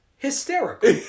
hysterical